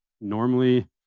Normally